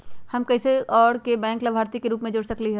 हम कैसे कोई और के बैंक लाभार्थी के रूप में जोर सकली ह?